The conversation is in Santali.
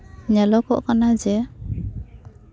ᱧᱮᱞᱚᱜᱚᱜ ᱠᱟᱱᱟ ᱡᱮ